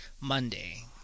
Monday